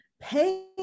pay